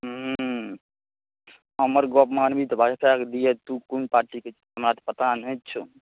हूँ हमर गप मानबही तऽ भाजपाके दिहै तू कोन पार्टीके छी हमरा तऽ पता नहि छौ